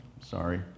sorry